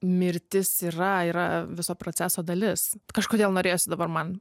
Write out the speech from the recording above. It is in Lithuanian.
mirtis yra yra viso proceso dalis kažkodėl norėjosi dabar man